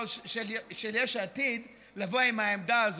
ליושב-ראש של יש עתיד לבוא עם העמדה הזאת?